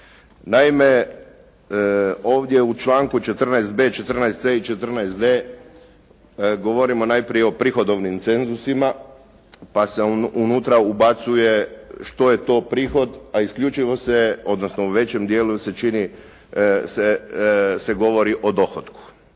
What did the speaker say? Naime, ovdje u članku 14.b, 14.c i 14.d govorimo najprije o prihodovnim cenzusima pa se unutra ubacuje što je to prihod a isključivo se odnosno u većem dijelu se govori o dohotku.